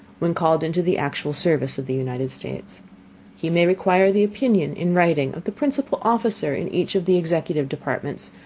when called into the actual service of the united states he may require the opinion, in writing, of the principal officer in each of the executive departments,